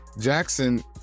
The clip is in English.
Jackson